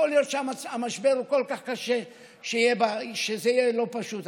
יכול להיות שהמשבר הוא כל כך קשה שזה יהיה לא פשוט,